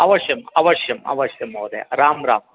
अवश्यम् अवश्यम् अवश्यम् महोदय राम् राम्